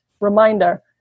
reminder